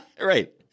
Right